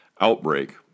outbreak